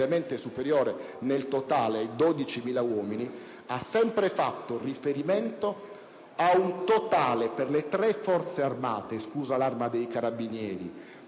superiore nel totale ai 12.000 uomini - ha sempre fatto riferimento a un totale per le tre Forze armate, esclusa l'Arma dei carabinieri,